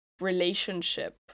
relationship